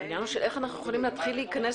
העניין הוא שאיך אנחנו יכולים להתחיל להיכנס